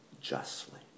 justly